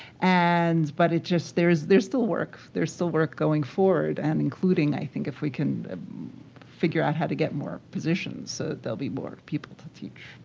and but there's there's still work. there's still work going forward. and including, i think, if we can figure out how to get more positions so that there'll be more people to teach.